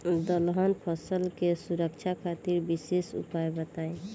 दलहन फसल के सुरक्षा खातिर विशेष उपाय बताई?